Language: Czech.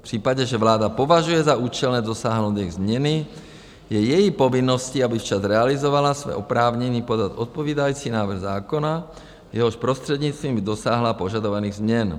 V případě, že vláda považuje za účelné dosáhnout jejich změny, je její povinností, aby včas realizovala své oprávnění podat odpovídající návrh zákona, jehož prostřednictvím by dosáhla požadovaných změn.